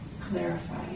clarify